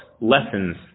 lessons